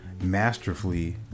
masterfully